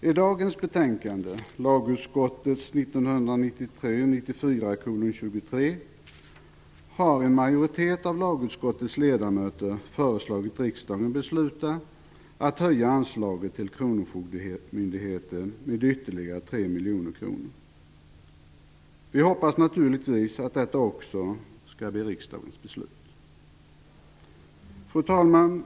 I dagens betänkande, lagutskottets 1993/94:23, har en majoritet av lagutskottets ledamöter föreslagit riksdagen att besluta att höja anslaget till kronofogdemyndigheten med ytterligare 3 miljoner kronor. Vi hoppas naturligtvis att detta också skall bli riksdagens beslut. Fru talman!